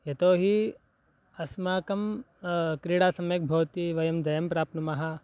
यतोहि अस्माकं क्रीडा सम्यक् भवति वयं जयं प्राप्नुमः